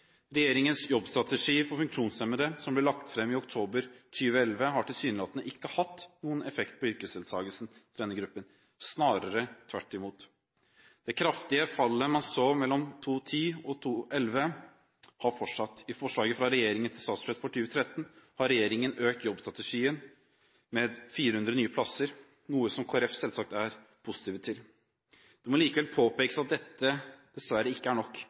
Regjeringens jobbstrategi for funksjonshemmede som ble lagt fram i oktober 2011, har tilsynelatende ikke hatt noen effekt på yrkesdeltakelsen til denne gruppen, snarere tvert imot. Det kraftige fallet man så mellom 2010 og 2011, har fortsatt. I forslaget fra regjeringen til statsbudsjett for 2013 har regjeringen økt jobbstrategien – med 400 nye plasser – noe som Kristelig Folkeparti selvsagt er positiv til. Det må likevel påpekes at dette dessverre ikke er nok.